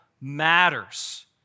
matters